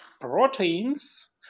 proteins